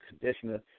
conditioner